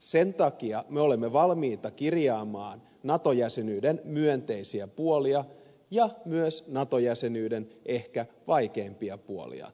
sen takia me olemme valmiita kirjaamaan nato jäsenyyden myönteisiä puolia ja ehkä myös nato jäsenyyden vaikeimpia puolia